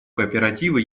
кооперативы